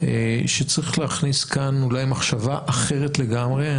שצריך להכניס כאן אולי מחשבה אחרת לגמרי,